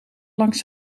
langs